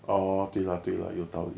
orh 对 lah 对 lah 有道理